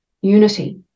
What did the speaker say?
unity